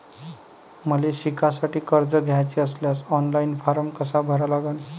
मले शिकासाठी कर्ज घ्याचे असल्यास ऑनलाईन फारम कसा भरा लागन?